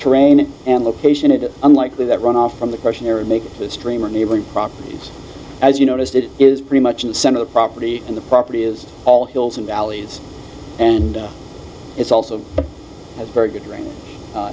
terrain and location it is unlikely that runoff from the questionnaire and make the stream or neighboring properties as you noticed it is pretty much in the center the property and the property is all hills and valleys and it's also a very good range